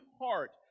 heart